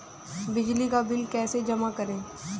बिजली का बिल कैसे जमा करें?